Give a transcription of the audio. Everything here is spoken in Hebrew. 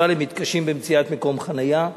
אבל הם מתקשים במציאת מקום חנייה.